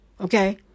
Okay